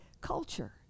culture